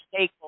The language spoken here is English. stakeholders